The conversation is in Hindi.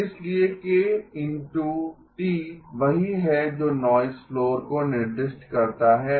इसलिए k × T वही है जो नॉइज़ फ्लोर को निर्दिष्ट करता है